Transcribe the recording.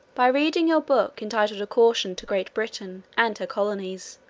by reading your book, entitled a caution to great britain and her colonies,